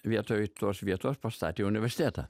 vietoj tos vietos pastatė universitetą